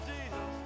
Jesus